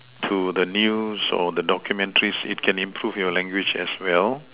to the news or the documentaries it can improve your language as well